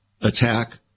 attack